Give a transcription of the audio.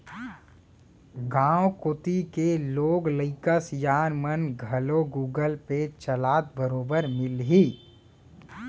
गॉंव कोती के लोग लइका सियान मन घलौ गुगल पे चलात बरोबर मिलहीं